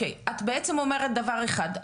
את בעצם אומרת דבר אחד.